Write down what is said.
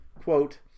Quote